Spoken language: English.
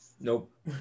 Nope